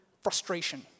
frustration